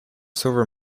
silver